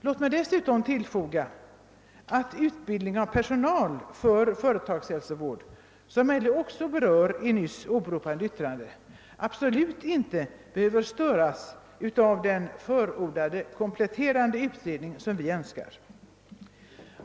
Låt mig tillfoga att utbildningen av personal för företagshälsovård — vilken LO också berör i sitt nyss åberopade yttrande — absolut inte hindras av den kompletterande utredning som vi önskar.